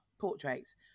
portraits